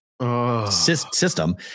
system